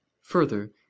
further